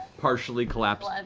partially collapsed,